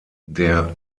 der